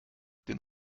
den